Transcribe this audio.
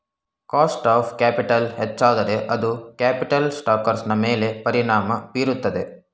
cost of capital ಹೆಚ್ಚಾದರೆ ಅದು capital ಸ್ಟ್ರಕ್ಚರ್ನ ಮೇಲೆ ಪರಿಣಾಮ ಬೀರುತ್ತದೆ